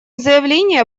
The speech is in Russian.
заявление